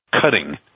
cutting